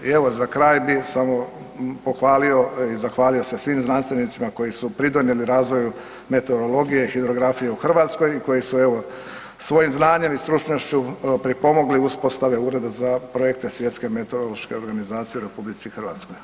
I evo za kraj bi samo pohvalio i zahvalio se svim znanstvenicima koji su pridonijeli razvoju meteorologije i hidrografije u Hrvatskoj i koji su evo, svojim znanjem i stručnošću pripomogli uspostave Ureda za projekte Svjetske meteorološke organizacije u RH.